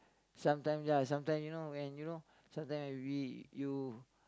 sometime ya sometime you know when you know sometime when we you